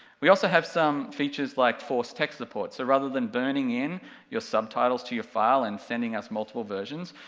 we also have some features like forced text support, so rather than burning in your subtitles to your file and sending us multiple versions,